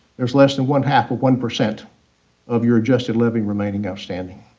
there's less than one-half of one percent of your adjusted levy remaining outstanding.